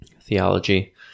theology